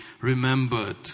remembered